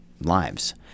lives